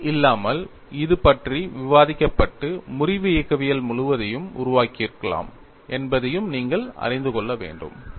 pi இல்லாமல் இது பற்றி விவாதிக்கப்பட்டு முறிவு இயக்கவியல் முழுவதையும் உருவாக்கியிருக்கலாம் என்பதையும் நீங்கள் அறிந்து கொள்ள வேண்டும்